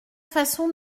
façon